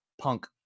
punk